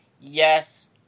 Yes